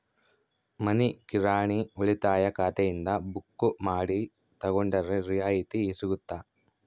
ಮನಿ ಕಿರಾಣಿ ಉಳಿತಾಯ ಖಾತೆಯಿಂದ ಬುಕ್ಕು ಮಾಡಿ ತಗೊಂಡರೆ ರಿಯಾಯಿತಿ ಸಿಗುತ್ತಾ?